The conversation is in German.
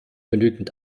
genügend